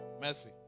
Mercy